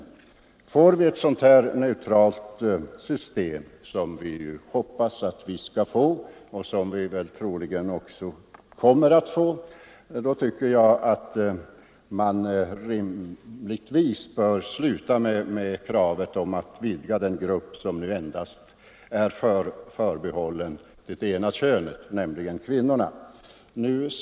Vill man åstadkomma ett könsneutralt pensionssystem —- det hoppas vi att vi skall få, och det kommer vi troligen också att få — måste man rimligtvis sluta att framföra krav på förmåner som är förbehållna det ena könet, nämligen kvinnorna.